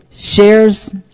Shares